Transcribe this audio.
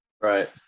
right